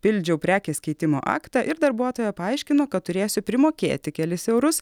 pildžiau prekės keitimo aktą ir darbuotoja paaiškino kad turėsiu primokėti kelis eurus